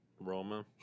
Roma